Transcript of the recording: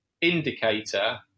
indicator